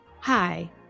Hi